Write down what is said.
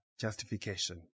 justification